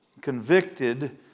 convicted